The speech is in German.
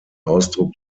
ausdruck